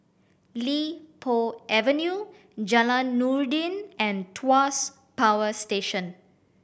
Li Po Avenue Jalan Noordin and Tuas Power Station